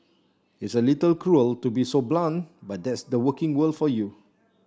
it's a little cruel to be so blunt but that's the working world for you